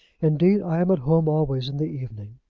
indeed i am at home always in the evening.